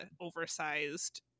oversized